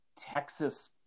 Texas